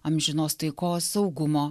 amžinos taikos saugumo